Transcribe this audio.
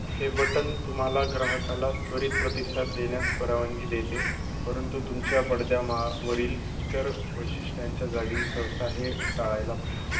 हे बटन तुम्हाला ग्राहकाला त्वरित प्रतिसाद देण्यास परवानगी देते परंतु तुमच्या पडद्यावरील इतर वैशिष्ट्यांच्या जागी सहसा हे टाळायला पाहिजे